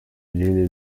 really